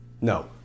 No